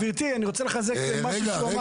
גברתי, אני רוצה לחזק משהו שהוא אמר.